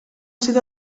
sido